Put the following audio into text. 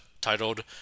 titled